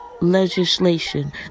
legislation